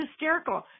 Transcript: hysterical